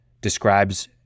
describes